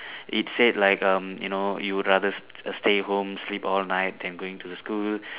it said like um you know you would rather s~ stay home sleep all night than going to school